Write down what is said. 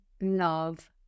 Love